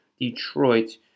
Detroit